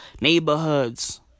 neighborhoods